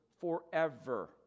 forever